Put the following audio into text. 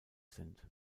sind